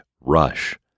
Rush